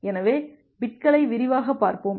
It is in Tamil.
எனவே பிட்களை விரிவாகப் பார்ப்போம்